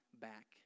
back